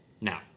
Now